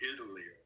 Italy